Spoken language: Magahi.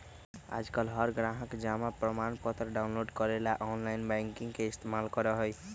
आजकल हर ग्राहक जमा प्रमाणपत्र डाउनलोड करे ला आनलाइन बैंकिंग के इस्तेमाल करा हई